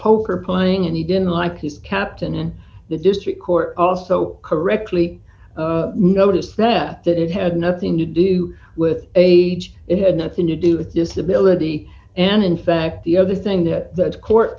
poker playing and he didn't like his captain and the district court also correctly notice that that it had nothing to do with age it had nothing to do with disability and in fact the other thing that the court